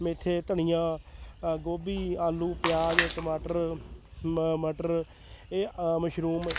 ਮੇਥੇ ਧਨੀਆ ਗੋਭੀ ਆਲੂ ਪਿਆਜ ਟਮਾਟਰ ਮ ਮਟਰ ਇਹ ਮਸ਼ਰੂਮ